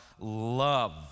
love